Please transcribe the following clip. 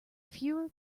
fewer